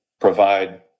provide